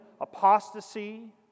apostasy